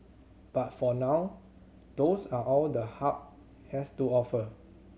but for now those are all the Hub has to offer